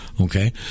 Okay